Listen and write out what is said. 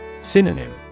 Synonym